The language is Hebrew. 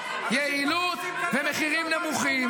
יעילות ומחירים נמוכים.